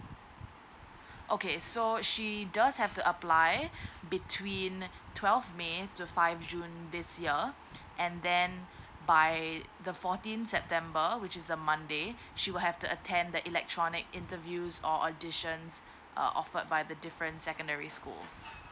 okay so she does have to apply between twelve may to five june this year and then by the fourteen september which is a monday she will have to attend the electronic interviews or auditions uh offered by the different secondary schools